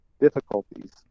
difficulties